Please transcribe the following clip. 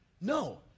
No